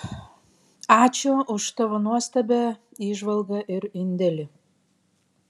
ačiū už tavo nuostabią įžvalgą ir indėlį